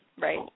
right